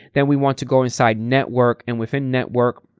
then we want to go inside network, and within network.